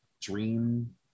dream